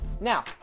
Now